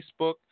Facebook